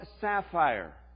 sapphire